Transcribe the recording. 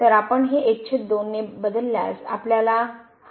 तर आपण हे 12 ने बदलल्यास आपल्याला हा